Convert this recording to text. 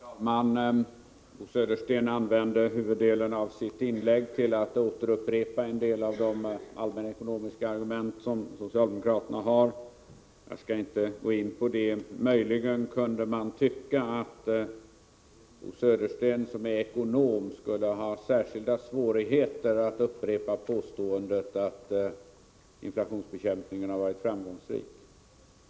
Herr talman! Bo Södersten använde huvuddelen av sitt inlägg till att åberopa en del av socialdemokraternas allmänekonomiska argument. Jag skall inte gå in på det, möjligen kunde man tycka att Bo Södersten som är ekonom skulle ha särskilda svårigheter att upprepa påståendet att inflationsbekämpningen har varit framgångsrik.